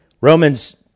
Romans